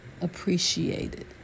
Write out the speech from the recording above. appreciated